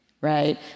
right